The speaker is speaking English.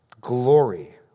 glory